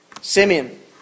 Simeon